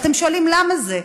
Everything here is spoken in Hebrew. ואתם שואלים למה זה,